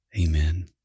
Amen